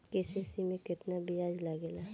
KCC में केतना ब्याज लगेला?